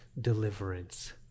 deliverance